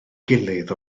gilydd